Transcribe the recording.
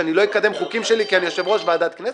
שאני לא אקדם חוקים שלי כי אני יושב-ראש ועדת כנסת.